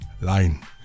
line